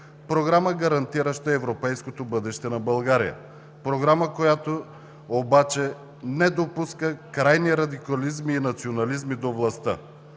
програма, гарантираща европейското бъдеще на България, програма, която обаче не допуска крайни радикализми и национализми до властта.